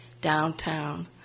downtown